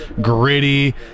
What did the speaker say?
gritty